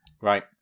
Right